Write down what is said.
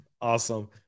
awesome